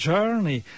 Journey